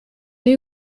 new